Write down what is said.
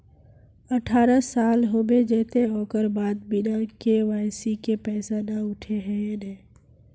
अठारह साल होबे जयते ओकर बाद बिना के.वाई.सी के पैसा न उठे है नय?